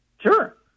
Sure